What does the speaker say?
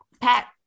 Pat